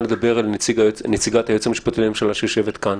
לדבר אל נציגת היועץ המשפטי לממשלה שיושבת כאן.